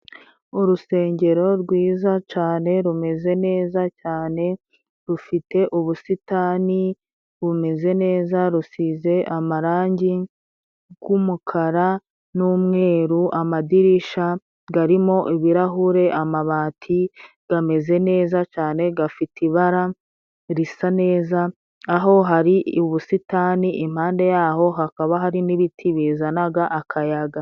Urusengero rwiza cyane rumeze neza cyane, rufite ubusitani bumeze neza, rusize amarangi y'umukara n'umweru. Amadirishya arimo ibirahure, amabati ameze neza cyane, afite ibara risa neza, aho hari ubusitani impande y'aho, hakaba hari n'ibiti bizana akayaga.